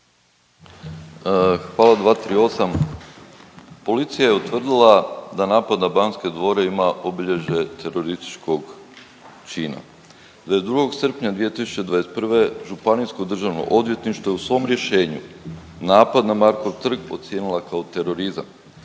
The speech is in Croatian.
Hvala. 238., policija je utvrdila da napad na Banske dvore ima obilježje terorističkog čina. 22. srpnja 2021. Županijsko državno odvjetništvo je u svom rješenju napad na Markov trg ocijenila kao terorizam,